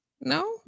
No